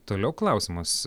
toliau klausimas